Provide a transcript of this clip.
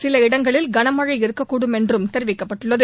சில இடங்களில் கனமழை இருக்கக்கூடும் என்றும் தெரிவிக்கப்பட்டுள்ளது